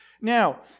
Now